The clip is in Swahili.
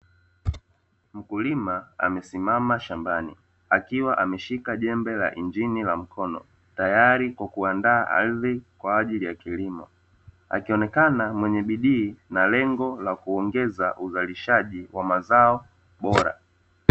Mkulima amesimama shambani akiwa ameshika jembe la injini la mkono tayari kwa kuandaa ardhi kwa ajili ya kilimo, akionekana mwenye bidii na lengo la kuongeza uzalishaji wa mazao bora.